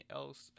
else